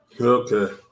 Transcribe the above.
Okay